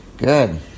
Good